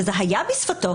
שזה היה בשפתו.